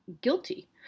guilty